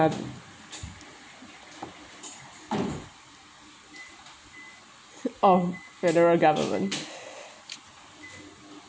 of federal government